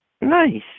Nice